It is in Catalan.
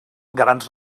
grans